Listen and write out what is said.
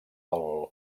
pel